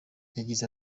yagize